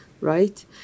right